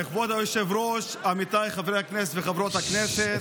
כבוד היושב-ראש, עמיתיי חברי הכנסת וחברות הכנסת,